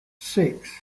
six